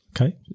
Okay